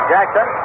Jackson